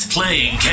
Playing